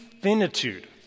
finitude